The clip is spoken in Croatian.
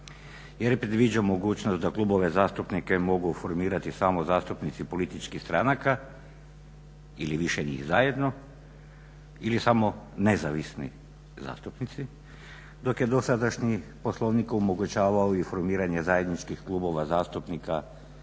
jer i predviđa mogućnost da klubove zastupnike mogu formirati samo zastupnici političkih stranaka ili više njih zajedno ili samo nezavisni zastupnici. Dok je dosadašnji Poslovnik omogućavao i formiranje zajedničkih klubova zastupnika